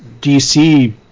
DC